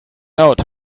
out